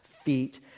feet